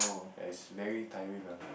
ya is very tiring ah